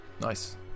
Nice